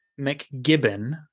McGibbon